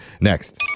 Next